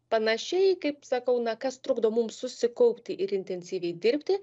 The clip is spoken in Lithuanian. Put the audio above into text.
panašiai kaip sakau na kas trukdo mums susikaupti ir intensyviai dirbti